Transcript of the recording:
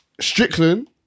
Strickland